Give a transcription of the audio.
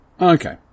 Okay